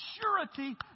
surety